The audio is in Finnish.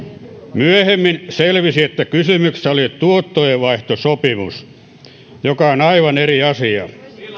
myöhemmin selvisi että kysymyksessä oli tuottojenvaihtosopimus joka on aivan eri asia